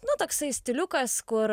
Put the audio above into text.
nu toksai stiliukas kur